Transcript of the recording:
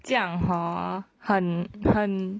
这样 hor 很很